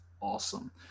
awesome